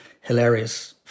hilarious